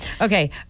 Okay